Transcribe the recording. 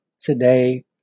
today